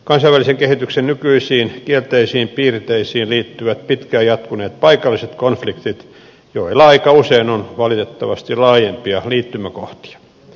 kansainvälisen kehityksen nykyisiin kielteisiin piirteisiin liittyvät pitkään jatkuneet paikalliset konfliktit joilla aika usein on valitettavasti laajempia liittymäkohtia